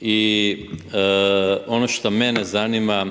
i ono što mene zanima,